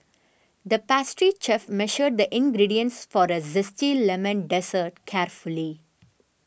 the pastry chef measured the ingredients for a Zesty Lemon Dessert carefully